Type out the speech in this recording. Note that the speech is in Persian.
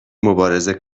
مبارزه